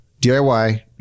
diy